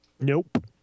Nope